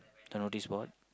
turnover this board